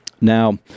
now